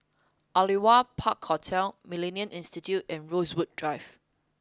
Aliwal Park Hotel Millennia Institute and Rosewood Drive